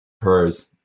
pros